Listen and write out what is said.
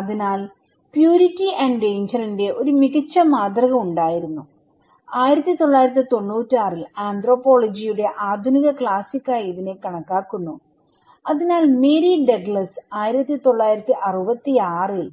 അതിനാൽ purity and ഡേഞ്ചറിന്റെ ഒരു മികച്ച കൃതി ഉണ്ടായിരുന്നു1996 ൽ ആന്ത്രോപോളജി യുടെ ആധുനിക ക്ലാസിക് ആയി ഇതിനെ കണക്കാക്കുന്നുഅതിനാൽ മേരി ഡഗ്ലസ് 1966 ൽ